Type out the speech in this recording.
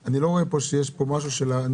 בחו"ל?